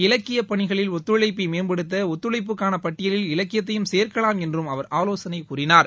இலக்கியப் பணிகளில் ஒத்துழைப்பை மேம்படுத்த ஒத்துழைப்புக்கான பட்டியலில் இலக்கியத்தையும் சேர்க்கலாம் என்று அவர் ஆலோசனை கூறினார்